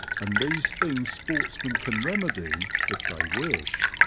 and these things sportsmen can remedy if they wish.